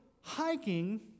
hiking